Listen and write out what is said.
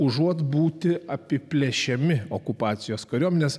užuot būti apiplėšiami okupacijos kariuomenės